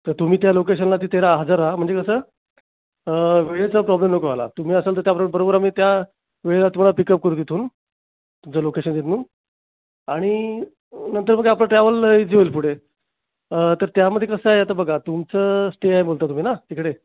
तर तुम्ही त्या लोकेशनला तिथे रहा हजर रहा म्हणजे कसं वेळेचा प्रॉब्लेम नको व्हायला तुम्ही असाल तर त्याप्रमाणे बरोबर आम्ही त्या वेळेला तुम्हाला पिक अप करू तिथून तुमच्या लोकेशनच्या इथून आणि नंतर मग आपलं ट्रॅवल इझी होईल पुढे तर त्यामध्ये कसं आहे आता बघा तुमचं स्टे आहे बोलता तुम्ही ना तिकडे